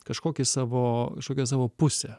kažkokį savo kažkokią savo pusę